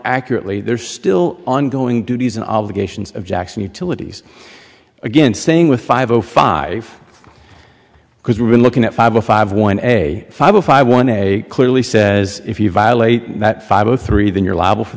accurately there's still ongoing duties and obligations of jackson utilities again saying with five o five because we're looking at five a five one a five zero five one a clearly says if you violate that five o three then you're liable for